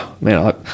Man